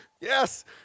yes